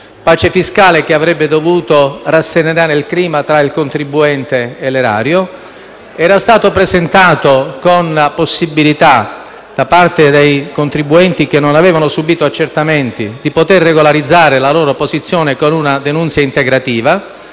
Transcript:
decreto-legge - che avrebbe dovuto rasserenare il clima tra il contribuente e l'erario. Era stato presentato con la possibilità da parte dei contribuenti che non avevano subito accertamenti di poter regolarizzare la loro posizione con una denunzia integrativa: